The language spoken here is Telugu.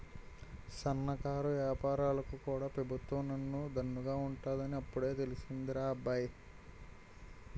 సన్నకారు ఏపారాలకు కూడా పెబుత్వం ఎన్ను దన్నుగా ఉంటాదని ఇప్పుడే తెలిసిందిరా అబ్బాయి